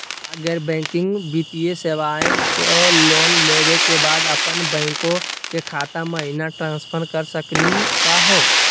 का गैर बैंकिंग वित्तीय सेवाएं स लोन लेवै के बाद अपन बैंको के खाता महिना ट्रांसफर कर सकनी का हो?